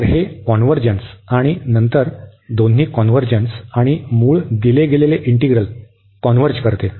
तर हे कॉन्व्हर्जन्स आणि नंतर दोन्ही कॉन्व्हर्जन्स आणि मूळ दिले गेलेले इंटीग्रल कॉन्व्हर्ज करते